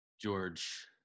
George